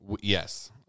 Yes